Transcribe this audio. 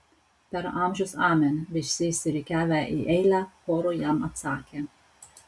per amžius amen visi išsirikiavę į eilę choru jam atsakė